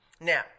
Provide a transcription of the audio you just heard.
Now